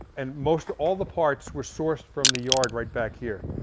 and most all the parts were sourced from the yard right back here.